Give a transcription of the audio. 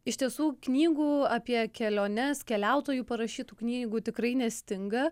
iš tiesų knygų apie keliones keliautojų parašytų knygų tikrai nestinga